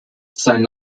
sein